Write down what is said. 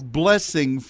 blessing